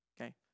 okay